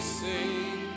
sing